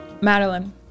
Madeline